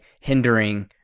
hindering